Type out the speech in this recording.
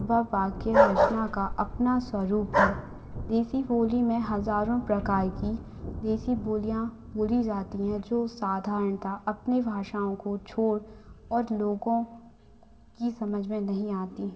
व वाक्य रचना का अपना स्वरूप है देशी बोली में हजारों प्रकार की देशी बोलियाँ बोली जाती हैं जो उस अपनी भाषाओं को छोड़ और लोगों की समझ में नहीं आतीं